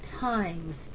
times